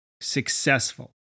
successful